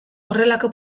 horrelako